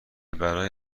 برای